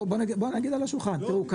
לא, לא